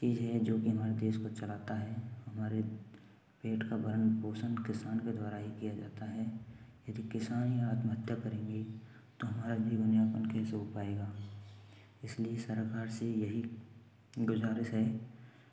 चीज़ है जो कि हमारे देश को चलाता है हमारे पेट का भरण पोषण किसान के द्वारा ही किया जाता है यदि किसान यह आत्महत्या करेंगे तो हमारा जीवन यापन कैसे हो पाएगा इसलिए सरकार से यही गुज़ारिश है